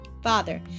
father